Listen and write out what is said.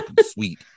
sweet